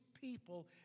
people